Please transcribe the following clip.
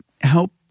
help